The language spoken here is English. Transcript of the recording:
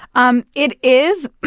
um it is,